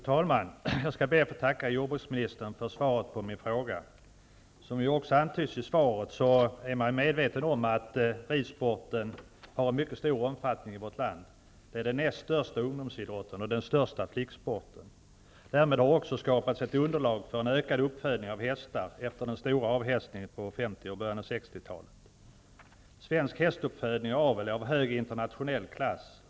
Fru talman! Jag tackar jordbruksministern för svaret på min fråga. Som antyddes i svaret är man medveten om att ridsporten har en stor omfattning i vårt land. Det är den näst största ungdomsidrotten och den största flicksporten. Därmed har också skapats ett underlag för en ökad uppfödning av hästar efter den stora avhästningen på 50 och början av 60 Svensk hästuppfödning och avel är av hög internationell klass.